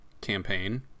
campaign